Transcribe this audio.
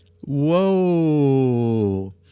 Whoa